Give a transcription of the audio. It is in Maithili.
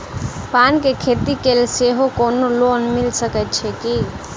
पान केँ खेती केँ लेल सेहो कोनो लोन मिल सकै छी की?